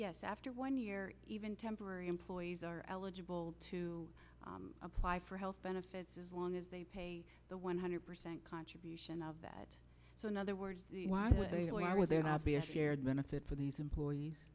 yes after one year even temporary employees are eligible to apply for health benefits as long as they pay the one hundred percent contribution of that so in other words they are there not be a shared benefit for these employees